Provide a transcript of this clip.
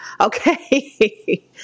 Okay